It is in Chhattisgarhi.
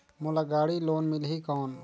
मोला गाड़ी लोन मिलही कौन?